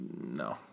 No